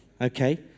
Okay